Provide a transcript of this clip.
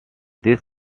this